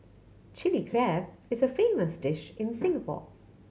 Chilli Crab is a famous dish in Singapore